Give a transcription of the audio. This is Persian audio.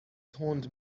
تند